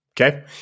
okay